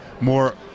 more